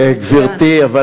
אני מסכים, גברתי, תודה.